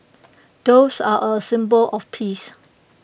doves are A symbol of peace